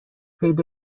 پیدا